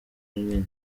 rinini